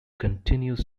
continues